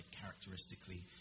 characteristically